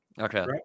Okay